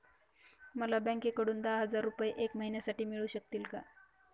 मला बँकेकडून दहा हजार रुपये एक महिन्यांसाठी मिळू शकतील का?